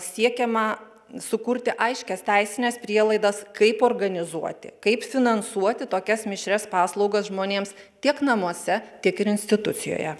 siekiama sukurti aiškias teisines prielaidas kaip organizuoti kaip finansuoti tokias mišrias paslaugas žmonėms tiek namuose tiek ir institucijoje